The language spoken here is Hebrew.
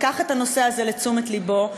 לקח את הנושא הזה לתשומת לבו,